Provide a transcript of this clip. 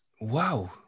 Wow